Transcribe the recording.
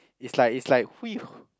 it's like it's like